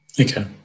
Okay